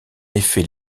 effet